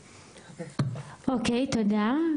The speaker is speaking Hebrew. תודה.